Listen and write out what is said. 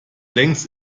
längst